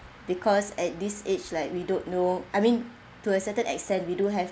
because at this age like we don't know I mean to a certain extent we do have